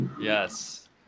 Yes